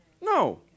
No